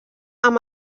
amb